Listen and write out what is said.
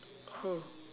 who